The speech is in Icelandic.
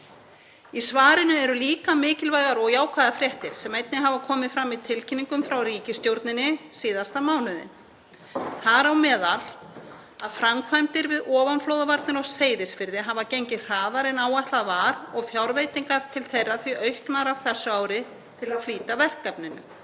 Í svarinu eru líka mikilvægar og jákvæðar fréttir sem einnig hafa komið fram í tilkynningum frá ríkisstjórninni síðasta mánuðinn, þar á meðal að framkvæmdir við ofanflóðavarnir á Seyðisfirði hafa gengið hraðar en áætlað var og fjárveitingar til þeirra því auknar á þessu ári til að flýta verkefninu.